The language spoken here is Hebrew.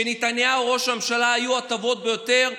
כשנתניהו היה ראש ממשלה, היו הטובות ביותר,